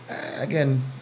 again